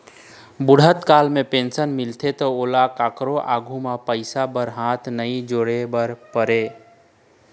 बूढ़त काल म पेंशन मिलथे त ओला कखरो आघु म पइसा बर हाथ नइ जोरे बर परय